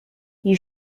you